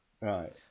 right